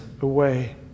away